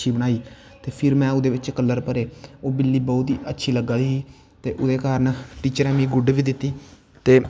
अच्छी बनाई ते फिर में ओह्दै बिच्च कल्लर भरे ओह् बिल्ली बौह्ल ही अच्छी लग्गा दी ही ते ओह्दै कारन टीचरैं मिगी गुड बी दित्ती ते